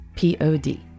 Pod